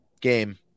Game